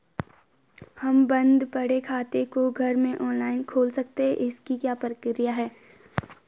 क्या हम बन्द पड़े खाते को घर में ऑनलाइन खोल सकते हैं इसकी क्या प्रक्रिया है?